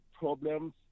problems